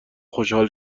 خوشحال